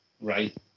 right